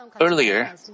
Earlier